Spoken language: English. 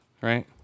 right